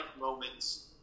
moments